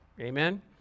Amen